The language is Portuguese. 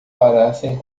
parassem